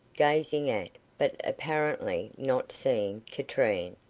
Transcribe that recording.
gazing at, but apparently not seeing, katrine,